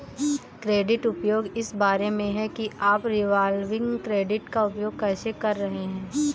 credit उपयोग इस बारे में है कि आप रिवॉल्विंग क्रेडिट का उपयोग कैसे कर रहे हैं